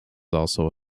also